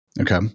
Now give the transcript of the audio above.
Okay